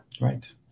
Right